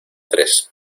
tres